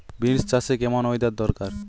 Beans চাষে কেমন weather দরকার?